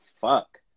fuck